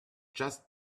just